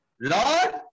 Lord